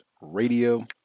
radio